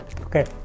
Okay